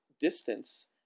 distance